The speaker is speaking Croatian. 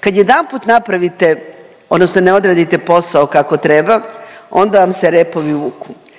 Kad jedanput napravite, odnosno ne odradite posao kako treba, onda vam se repovi vuku.